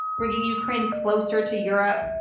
bringing ukraine closer to europe.